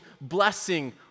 blessing